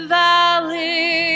valley